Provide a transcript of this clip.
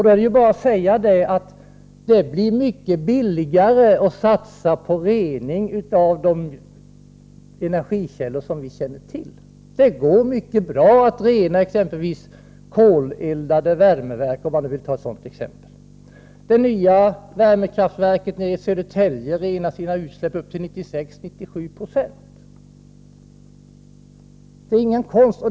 Då är det bara att säga: Det blir mycket billigare att satsa på rening av de energikällor som vi känner till. Det går mycket bra att rena exempelvis koleldade värmeverk — om man vill ta ett sådant exempel. Det nya värmekraftverket i Södertälje renar sina utsläpp upp till 96-97 Yo — det är ingen konst.